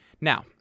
Now